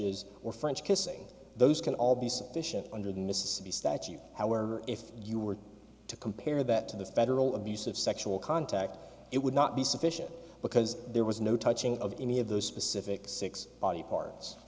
or french kissing those can all be sufficient under the mists of the statute however if you were to compare that to the federal abuse of sexual contact it would not be sufficient because there was no touching of any of those specific six body parts